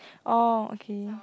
oh okay